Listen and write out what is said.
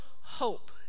hope